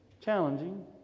challenging